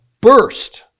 burst